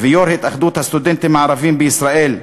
ויו"ר התאחדות הסטודנטים הערבים בישראל.